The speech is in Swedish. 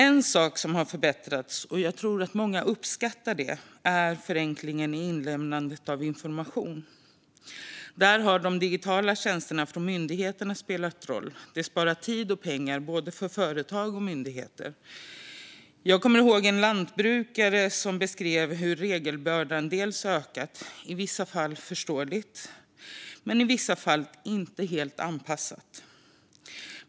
En sak som har förbättrats - och jag tror att många uppskattar det - är förenklingen i inlämnandet av information. Där har myndigheternas digitala tjänster spelat roll. Det sparar tid och pengar för både företag och myndigheter. Jag kommer ihåg en lantbrukare som beskrev hur regelbördan ökat, i vissa fall förståeligt, i vissa fall inte helt anpassat.